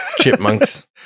chipmunks